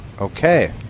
Okay